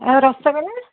ଆଉ ରସଗୋଲା